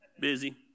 Busy